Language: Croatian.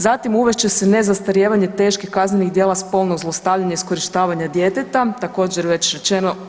Zatim uvest će se nezastarijevanje teških kaznenih djela spolnog zlostavljanja i iskorištavanja djeteta, također već rečeno.